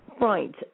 Right